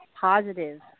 positive